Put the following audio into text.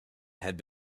had